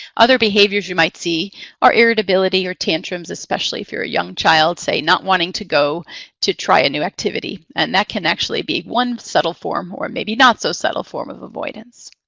other behaviors you might see are irritability or tantrums, especially if you're a young child, say, not wanting to go to try a new activity. and that can actually be one subtle form, or maybe not so subtle form, of avoidance.